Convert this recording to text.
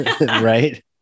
right